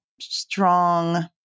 strong